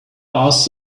asked